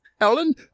ellen